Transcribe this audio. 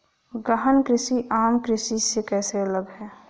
गहन कृषि आम कृषि से कैसे अलग है?